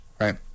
right